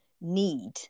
need